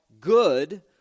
good